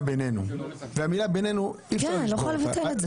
בינינו והמילה בינינו אי אפשר לשבור אותה.